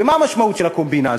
ומה המשמעות של הקומבינה הזאת?